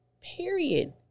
period